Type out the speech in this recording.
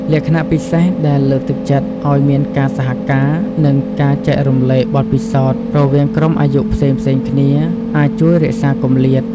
លក្ខណៈពិសេសដែលលើកទឹកចិត្តឱ្យមានការសហការ និងការចែករំលែកបទពិសោធន៍រវាងក្រុមអាយុផ្សេងៗគ្នាអាចជួយរក្សាគម្លាត។